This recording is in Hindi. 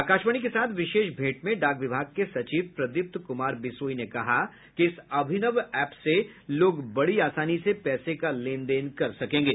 आकाशवाणी के साथ विशेष भेंट में डाक विभाग के सचिव प्रदीप्त कुमार बिसोई ने कहा कि इस अभिनव एप से लोग बड़ी आसानी से पैसे का लेन देन कर सकेंगे